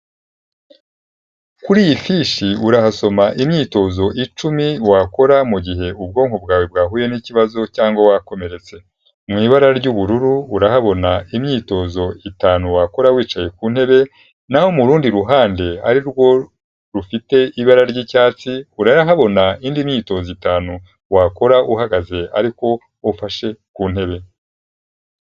Kuri iyi fishi urahasoma imyitozo icumi wakora mugihe ubwonko bwawe bwahuye n'ikibazo cyangwa wakomeretse. Mu ibara ry'ubururu urahabona imyitozo itanu wakora wicaye ku ntebe, naho mu rundi ruhande ari rwo rufite ibara ry'icyatsi urahabona indi myitozo itanu wakora uhagaze ariko ufashe ku ntebe.